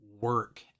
work